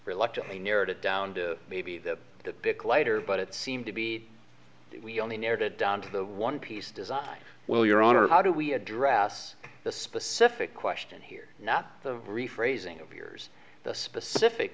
reluctantly narrowed it down to maybe the typical later but it seemed to be that we only narrowed it down to the one piece design well your honor how do we address the specific question here not the rephrasing of yours the specific